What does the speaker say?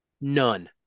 None